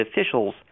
officials